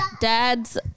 Dads